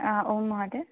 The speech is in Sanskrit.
ओं महोदय